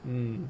mm